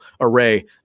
array